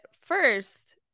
first